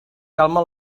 calma